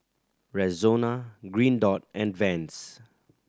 Rexona Green Dot and Vans